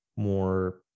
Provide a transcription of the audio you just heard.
more